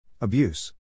Abuse